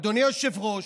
אדוני היושב-ראש,